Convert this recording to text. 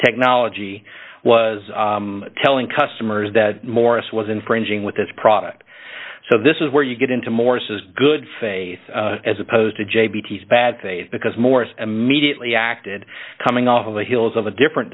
technology was telling customers that morris was infringing with this product so this is where you get into maurice's good faith as opposed to jay beattie's bad faith because morris immediately acted coming off of the heels of a different